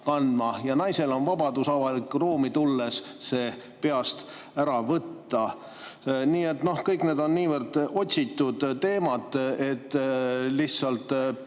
kandma, ja naisel on vabadus avalikku ruumi tulles see peast ära võtta. Nii et kõik need on niivõrd otsitud teemad, et lihtsalt